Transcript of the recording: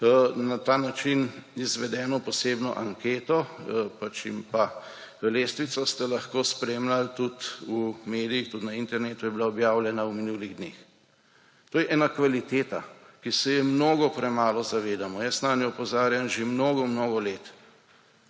Na ta način izvedeno posebno anketo in pa lestvico ste lahko spremljali tudi v medijih, tudi na internetu je bila objavljena v minulih dneh. To je ena kvaliteta, ki se je mnogo premalo zavedamo. Jaz nanjo opozarjam že mnogo mnogo let.